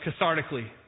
cathartically